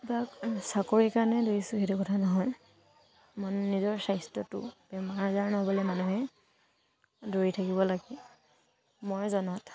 বা চাকৰিৰ কাৰণে দৌৰিছোঁ সেইটো কথা নহয় মানে নিজৰ স্বাস্থ্যটো বেমাৰ আজাৰ নহবলৈ মানুহে দৌৰি থাকিব লাগে মই জনাত